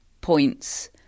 points